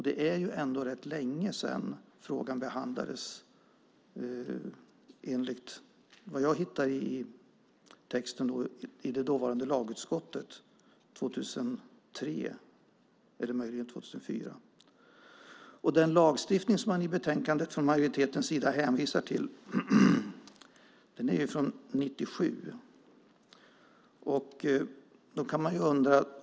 Det är ändå rätt länge sedan frågan behandlades i det dåvarande lagutskottet, 2003 eller möjligen 2004. Den lagstiftning som majoriteten hänvisar till i betänkandet är från 1997.